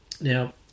now